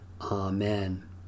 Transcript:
Amen